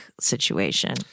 situation